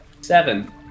Seven